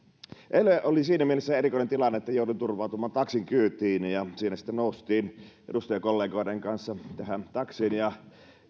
eilen oli siinä mielessä erikoinen tilanne että jouduin turvautumaan taksin kyytiin ja siinä sitten noustiin edustajakollegoiden kanssa tähän taksiin